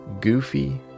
goofy